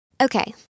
Okay